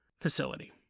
facility